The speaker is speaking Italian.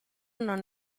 non